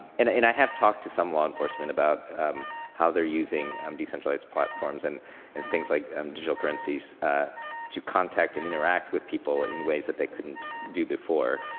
and and i have talked to some law enforcement about how they're using um de-centralized platforms and and things like um digital currencies to contact and interact with people in ways that they couldn't do before.